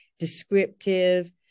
descriptive